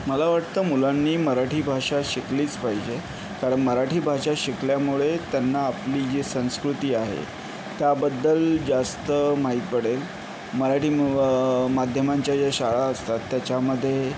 मला वाटतं मुलांनी मराठी भाषा शिकलीच पाहिजे कारण मराठी भाषा शिकल्यामुळे त्यांना आपली जी संस्कृती आहे त्याबद्दल जास्त माहीत पडेल मराठी म माध्यमांच्या ज्या शाळा असतात त्याच्यामध्ये